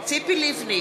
ציפי לבני,